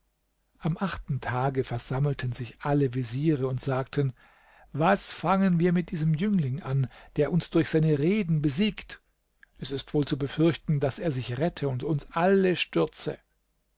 am achten tage versammelten sich alle veziere und sagten was fangen wir mit diesem jüngling an der uns durch seine reden besiegt es ist wohl zu befürchten daß er sich rette und uns alle stürze